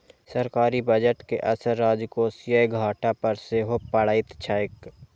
सरकारी बजट के असर राजकोषीय घाटा पर सेहो पड़ैत छैक